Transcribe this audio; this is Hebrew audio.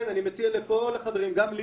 גם לי